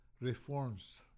reforms